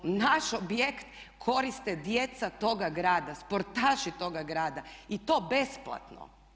Naš objekt koriste djeca toga grada, sportaši toga grada i to besplatno.